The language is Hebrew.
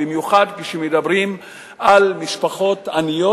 במיוחד כשמדברים על משפחות עניות,